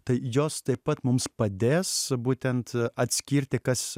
tai jos taip pat mums padės būtent atskirti kas